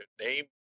name